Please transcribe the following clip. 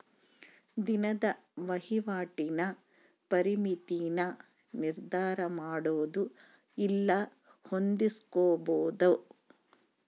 ದಿನದ ವಹಿವಾಟಿನ ಪರಿಮಿತಿನ ನಿರ್ಧರಮಾಡೊದು ಇಲ್ಲ ಹೊಂದಿಸ್ಕೊಂಬದು